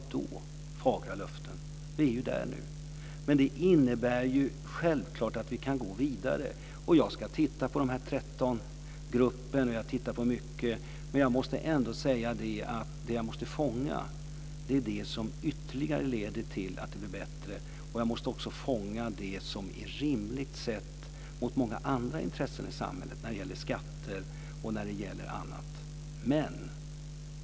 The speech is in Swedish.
Vad menas med "fagra löften"? Vi är ju där nu. Men det här innebär ju självklart att vi kan gå vidare. Och jag ska titta på 13-gruppens förslag, och jag tittar på mycket annat. Men jag måste ändå säga att det jag måste fånga är det som ytterligare leder till att det blir bättre, och jag måste också fånga det som är rimligt i förhållande till många andra intressen i samhället när det gäller skatter och annat.